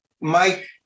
Mike